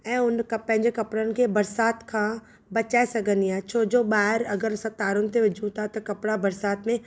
ऐं उन कप पंहिंजे कपड़नि खे बरसाति खां बचाए सघंदी आहियां छो जो ॿाहिरि अगरि असां तारुनि ते विझूं था त कपड़ा बरसाति में